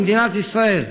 במדינת ישראל,